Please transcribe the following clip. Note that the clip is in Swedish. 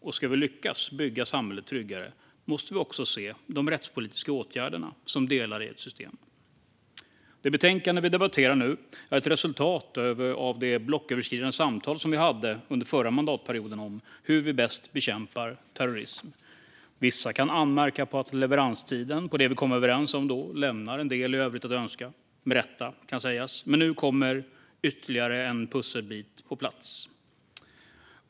Och ska vi lyckas bygga samhället tryggare måste vi också se de rättspolitiska åtgärderna som delar i ett system. Det betänkande vi debatterar nu är ett resultat av de blocköverskridande samtal som vi hade under förra mandatperioden om hur vi bäst bekämpar terrorism. Vissa kan anmärka på att leveranstiden på det som vi kom överens om då lämnar en del i övrigt att önska - med rätta, kan sägas - men nu kommer ytterligare en pusselbit på plats.